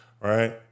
right